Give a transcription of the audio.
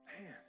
Man